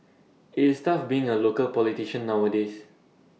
IT is tough being A local politician nowadays